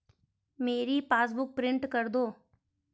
मेरी passbook print कर दो